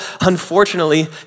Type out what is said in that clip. unfortunately